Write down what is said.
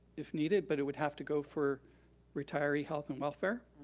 if needed, but it would have to go for retiree health and welfare.